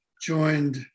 joined